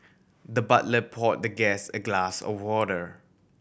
the butler pour the guest a glass of water